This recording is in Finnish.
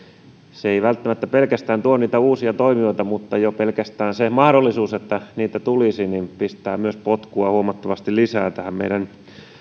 se ei välttämättä pelkästään tuo niitä uusia toimijoita mutta jo pelkästään se mahdollisuus että niitä tulisi pistää myös potkua huomattavasti lisää tähän meidän